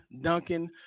Duncan